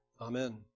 Amen